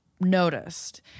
noticed